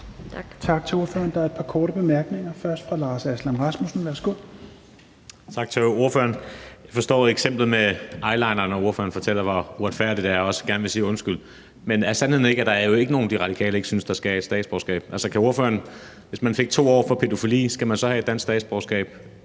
Tak til ordføreren. Der er et par korte bemærkninger. Først er det fra hr. Lars Aslan Rasmussen. Værsgo. Kl. 20:15 Lars Aslan Rasmussen (S): Tak til ordføreren. Jeg forstår eksemplet med eyelineren, og at ordføreren fortæller, hvor uretfærdigt det er, og også gerne vil sige undskyld, men er sandheden ikke, at der jo ikke er nogen, De Radikale ikke synes skal have et statsborgerskab? Hvis man får 2 år for pædofili, skal man så have et dansk statsborgerskab,